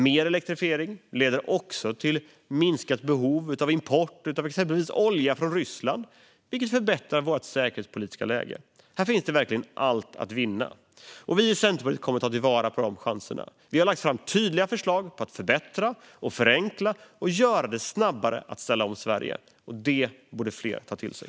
Mer elektrifiering leder också till minskat behov av import av exempelvis olja från Ryssland, vilket förbättrar vårt säkerhetspolitiska läge. Här finns verkligen allt att vinna, och vi i Centerpartiet kommer att ta vara på de chanserna. Vi har lagt fram tydliga förslag på att förbättra och förenkla och göra det snabbare att ställa om Sverige. Det borde fler ta till sig.